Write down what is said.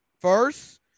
first